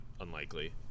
unlikely